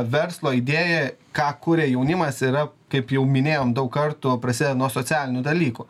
verslo idėja ką kuria jaunimas yra kaip jau minėjom daug kartų prasideda nuo socialinių dalykų